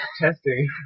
testing